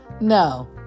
No